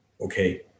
okay